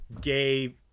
gay